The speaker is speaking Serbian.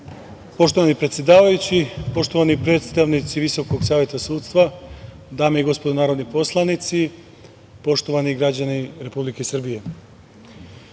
Poštovani predsedavajući, poštovani predstavnici VSS, dame i gospodo narodni poslanici, poštovani građani Republike Srbije. Naša